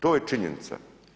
To je činjenica.